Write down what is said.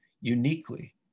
uniquely